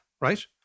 right